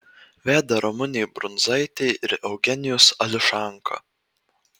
veda ramunė brundzaitė ir eugenijus ališanka